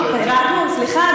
סליחה,